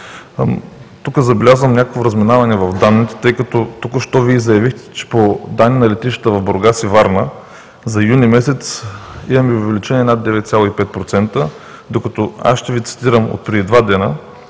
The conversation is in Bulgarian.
тук забелязвам някакво разминаване в данните, тъй като току-що Вие заявихте, че по данни на летищата в Бургас и Варна за юни месец имаме увеличение над 9,5%, докато аз ще Ви цитирам от преди два дни: